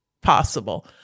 possible